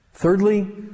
Thirdly